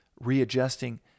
readjusting